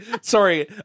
sorry